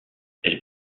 elle